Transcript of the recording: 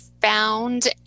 found